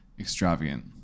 Extravagant